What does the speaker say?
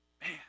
Man